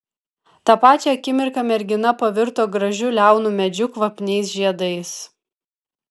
tą pačią akimirka mergina pavirto gražiu liaunu medžiu kvapniais žiedais